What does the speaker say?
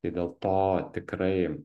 tai dėl to tikrai